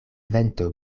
vento